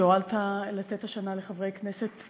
שהואלת לתת השנה לחברי כנסת,